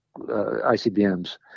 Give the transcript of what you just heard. ICBMs